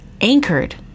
anchored